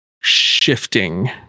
shifting